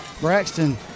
Braxton